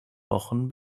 wochen